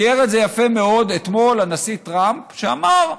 תיאר את זה יפה מאוד אתמול הנשיא טרמאפ, שאמר: